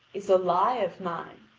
is a lie of mine,